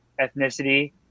ethnicity